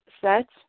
set